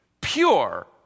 pure